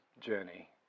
journey